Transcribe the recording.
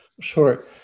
Sure